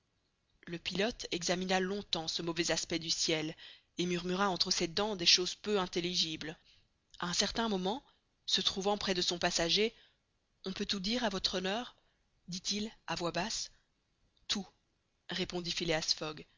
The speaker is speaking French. le pilote examina longtemps ce mauvais aspect du ciel et murmura entre ses dents des choses peu intelligibles a un certain moment se trouvant près de son passager on peut tout dire à votre honneur dit-il à voix basse tout répondit phileas fogg